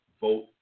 vote